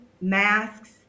masks